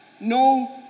No